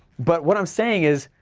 but what i'm saying is,